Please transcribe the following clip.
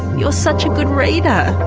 you're such a good reader.